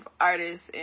artists